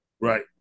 Right